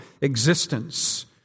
existence